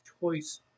choice